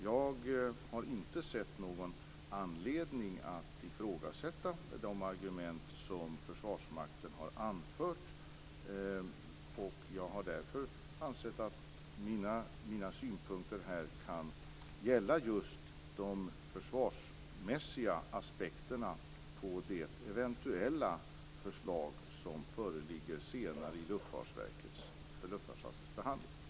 Jag har inte sett någon anledning att ifrågasätta de argument som Försvarsmakten har anfört, och jag har därför ansett att mina synpunkter här kan gälla just de försvarsmässiga aspekterna på det eventuella förslag som senare kommer att föreligga för Luftfartsverkets behandling.